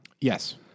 Yes